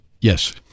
Yes